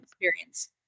experience